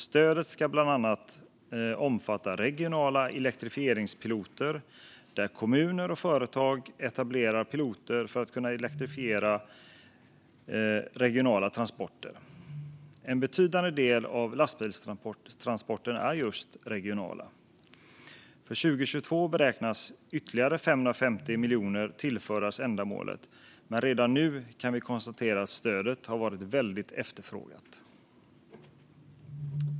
Stödet ska bland annat omfatta regionala elektrifieringspiloter, där kommuner och företag etablerar piloter för att elektrifiera regionala transporter. En betydande del av lastbilstransporterna är nämligen just regionala. För 2022 beräknas 550 miljoner kronor tillföras ändamålet, men redan nu kan vi konstatera att stödet har varit väldigt efterfrågat.